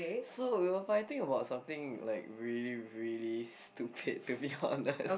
so we were fighting about something like really really stupid to be honest